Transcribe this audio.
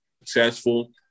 successful